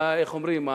איך אומרים,